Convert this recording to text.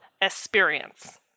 experience